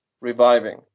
reviving